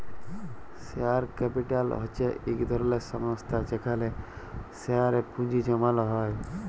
share capital হছে ইক ধরলের সংস্থা যেখালে শেয়ারে পুঁজি জ্যমালো হ্যয়